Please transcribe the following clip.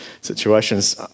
situations